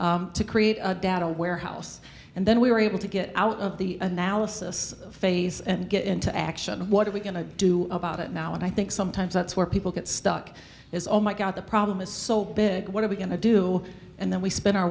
to create a data warehouse and then we were able to get out of the analysis phase and get into action what are we going to do about it now and i think sometimes that's where people get stuck is oh my god the problem is so big what are we going to do and then we spend our